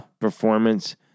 performance